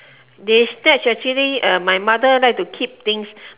they snatch actually uh my mother like to keep things